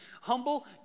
humble